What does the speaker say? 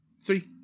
Three